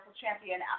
champion